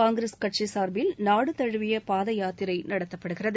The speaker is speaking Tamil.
காங்கிரஸ் கட்சி சார்பில் நாடுதழுவிய பாத யாத்திரை நடத்தப்படுகிறது